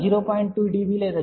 2 dB లేదా 0